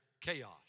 chaos